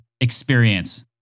experience